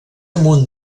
amunt